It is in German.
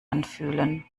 anfühlen